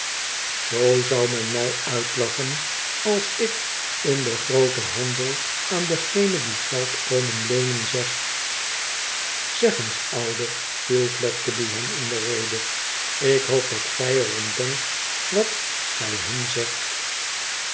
zoo zou men mij uitlachen als ik in den grooten handel aan degenen die geld komen leenen zeg zeg eens oude viel fledgeby hem in de rede ik hoop dat gij er om denkt wat gij hun zegt